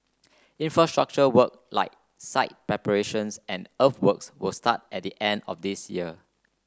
infrastructure work like site preparations and earthworks will start at the end of this year